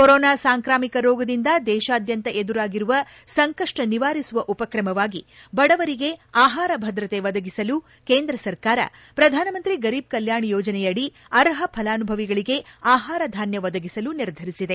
corona ಸಾಂಕ್ರಾಮಿಕ ರೋಗದಿಂದ ದೇಶಾದ್ಲಂತ ಎದುರಾಗಿರುವ ಸಂಕಷ್ಷ ನಿವಾರಿಸುವ ಉಪಕ್ರಮವಾಗಿ ಬಡವರಿಗೆ ಆಹಾರ ಭದ್ರತೆ ಒದಗಿಸಲು ಕೇಂದ್ರ ಸರ್ಕಾರ ಪ್ರಧಾನ ಮಂತ್ರಿ ಗರೀಬ್ ಕಲ್ಕಾಣ ಯೋಜನೆಯಡಿ ಅರ್ಷ ಫಲಾನುಭವಿಗಳಿಗೆ ಆಹಾರಧಾನ್ಯ ಒದಗಿಸಲು ನಿರ್ಧರಿಸಿದೆ